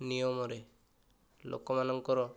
ନିୟମରେ ଲୋକମାନଙ୍କର